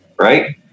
right